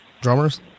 Drummers